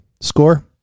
Score